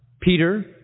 Peter